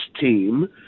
team